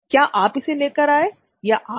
क्या आप इसे लेकर आए या आप